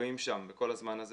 ופשוט כלאה את כולנו בפנים,